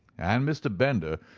and mr. bender,